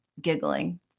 giggling